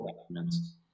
documents